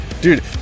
Dude